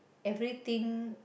everything